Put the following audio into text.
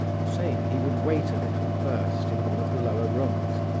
saying he would wait a little first in one of the lower rooms,